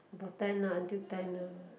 about ten lah until ten lah